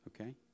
okay